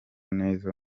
neza